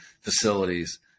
facilities